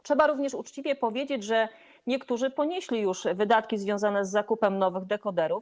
Trzeba również uczciwie powiedzieć, że niektórzy ponieśli już wydatki związane z zakupem nowych dekoderów.